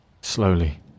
Slowly